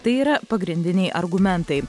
tai yra pagrindiniai argumentai